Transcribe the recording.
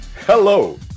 hello